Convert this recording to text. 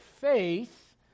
faith